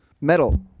metal